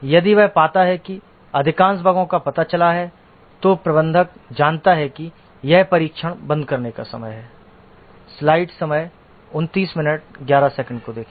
यदि वह पाता है कि अधिकांश बगों का पता चला है तो प्रबंधक जानता है कि यह परीक्षण बंद करने का समय है